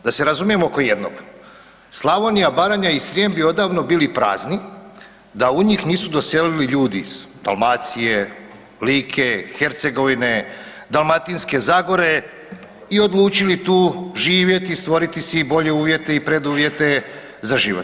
Da se razumijemo oko jednog, Slavonija, Baranja i Srijem bi odavno bili prazni da u njih nisu doselili ljudi iz Dalmacije, Like, Hercegovine, Dalmatinske zagore i odlučili tu živjeti i stvoriti si bolje uvjete i preduvjete za život.